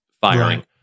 firing